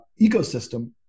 ecosystem